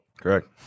Correct